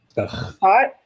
hot